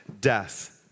death